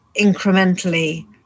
incrementally